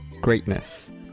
Greatness